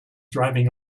driving